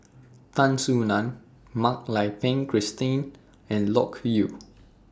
Tan Soo NAN Mak Lai Peng Christine and Loke Yew